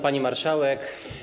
Pani Marszałek!